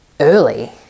Early